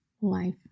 life